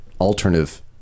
alternative